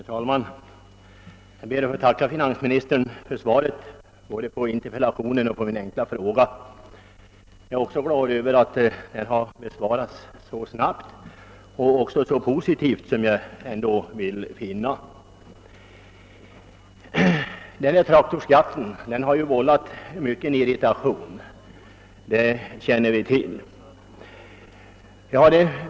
Herr talman! Jag ber att få tacka finansministern för svaret på såväl min interpellation som min enkla fråga. även jag är glad för att svaren har lämnats så snabbt och att de är så positiva. Traktorskatten har vållat mycken irritation, det känner vi alla till.